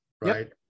right